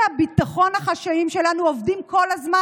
הביטחון החשאיים שלנו עובדים כל הזמן?